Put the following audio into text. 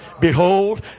Behold